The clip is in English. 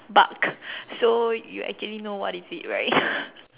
bark so you actually know what is it right